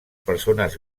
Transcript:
persones